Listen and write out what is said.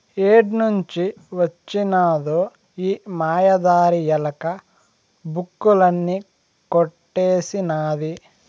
ఏడ్నుంచి వొచ్చినదో ఈ మాయదారి ఎలక, బుక్కులన్నీ కొట్టేసినాది